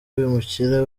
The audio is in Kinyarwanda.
abimukira